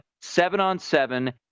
seven-on-seven